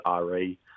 RE